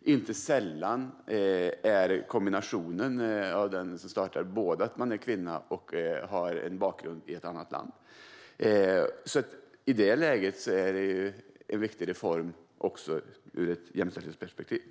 Inte sällan är kombinationen både kvinna och en bakgrund i ett annat land. Det är alltså en viktig reform även ur ett jämställdhetsperspektiv.